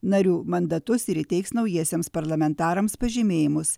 narių mandatus ir įteiks naujiesiems parlamentarams pažymėjimus